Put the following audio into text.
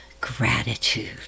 gratitude